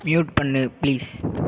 mute பண்ணு please